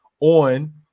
on